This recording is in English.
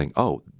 and oh,